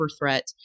threat